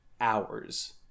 hours